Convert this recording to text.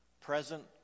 present